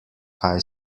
kaj